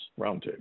Roundtable